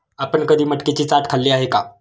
आपण कधी मटकीची चाट खाल्ली आहे का?